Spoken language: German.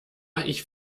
ich